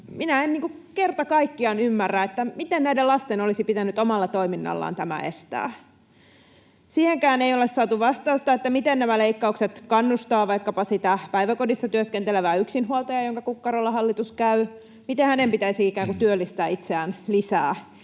minä en kerta kaikkiaan ymmärrä, miten näiden lasten olisi pitänyt omalla toiminnallaan tämä estää. Siihenkään ei ole saatu vastausta, miten nämä leikkaukset kannustavat vaikkapa sitä päiväkodissa työskentelevää yksinhuoltajaa, jonka kukkarolla hallitus käy. Miten hänen pitäisi ikään kuin työllistää itseään lisää,